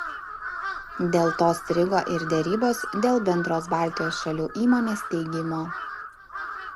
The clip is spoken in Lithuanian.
dėl to strigo ir derybos dėl bendros baltijos šalių įmonės steigimo